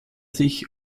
sich